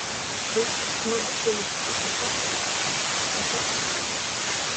vaikui smagu žaisti atia labas atia labas